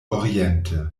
oriente